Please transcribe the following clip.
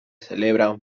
celebra